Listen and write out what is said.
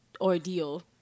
ordeal